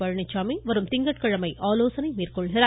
பழனிச்சாமி வரும் திங்கட்கிழமை ஆலோசனை மேற்கொள்கிறார்